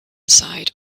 side